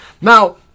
Now